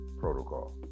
protocol